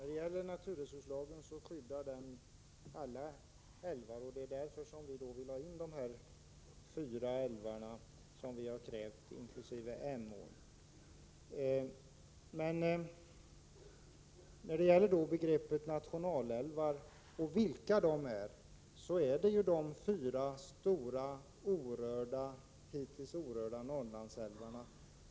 Herr talman! Naturresurslagen skyddar alla älvar, och det är därför vi vill ha in de fyra älvar inkl. Emån som vi har tagit upp. När det gäller begreppet nationalälvar vill jag framhålla att det är de fyra stora, hittills orörda Norrlandsälvarna som skulle räknas dit.